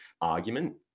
argument